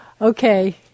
Okay